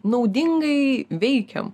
naudingai veikiam